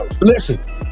Listen